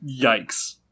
yikes